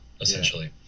essentially